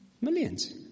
Millions